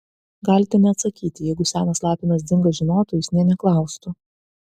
galite neatsakyti jeigu senas lapinas dzigas žinotų jis nė neklaustų